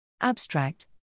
Abstract